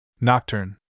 Nocturne